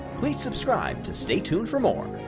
please subscribe to stay tuned for more.